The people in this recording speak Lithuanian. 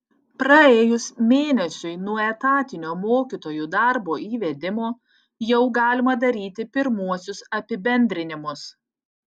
praėjus mėnesiui nuo etatinio mokytojų darbo įvedimo jau galima daryti pirmuosius apibendrinimus